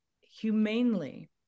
humanely